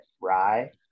Rye